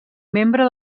membre